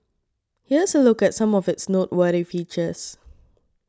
here's a look at some of its noteworthy features